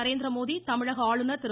நரேந்திரமோதி தமிழக ஆளுநர் திரு